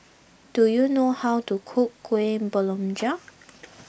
do you know how to cook Kuih Kemboja